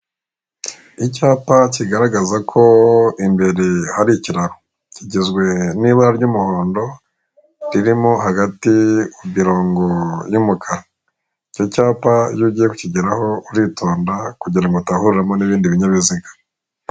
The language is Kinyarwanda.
Icyapa kigaragaza ko imbere hari ikiraro, kigizwe n'ibara ry'umuhondo ririmo hagati ku mirongo y'umukara. Icyo cyapa iyo ugiye kukigeraho uritonda kugira ngo utahahuriramo n'ibindi binyabiziga.